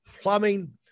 Plumbing